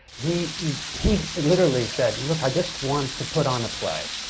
he he and literally said, look, i just want to put on the play,